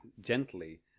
gently